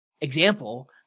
example